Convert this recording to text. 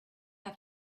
have